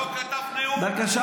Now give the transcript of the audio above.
הוא לא כתב נאום אצלך?